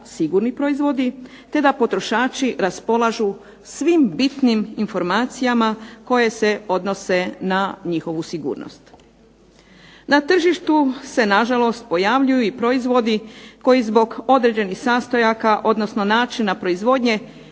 Na tržištu se nažalost pojavljuju i proizvodi koji zbog određenih sastojaka, odnosno načina proizvodnje